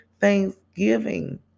thanksgiving